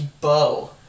bow